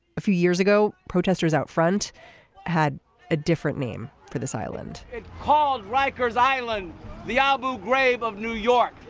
a few years ago protesters out front had a different name for this island called rikers island the abu ghraib of new york.